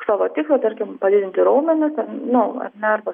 savo tikslą tarkim padidinti raumenis nu ar ne arba